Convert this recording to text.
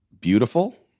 beautiful